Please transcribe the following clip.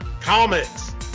comics